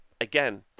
again